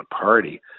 party